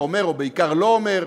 אומר או בעיקר לא אומר,